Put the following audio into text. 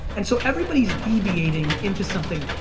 and so everybody is deviating into something.